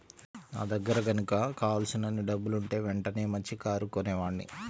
నా దగ్గర గనక కావలసినన్ని డబ్బులుంటే వెంటనే మంచి కారు కొనేవాడ్ని